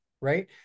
right